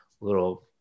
little